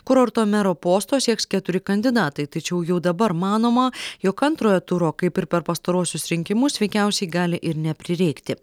kurorto mero posto sieks keturi kandidatai tačiau jau dabar manoma jog antrojo turo kaip ir per pastaruosius rinkimus veikiausiai gali ir neprireikti